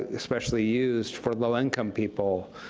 especially used, for low-income people.